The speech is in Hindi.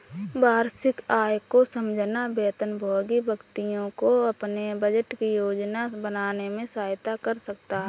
वार्षिक आय को समझना वेतनभोगी व्यक्तियों को अपने बजट की योजना बनाने में सहायता कर सकता है